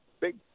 big